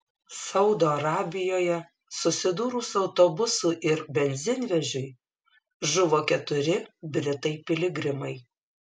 saudo arabijoje susidūrus autobusui ir benzinvežiui žuvo keturi britai piligrimai